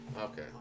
Okay